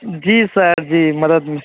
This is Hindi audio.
जी सर जी मदद